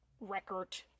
record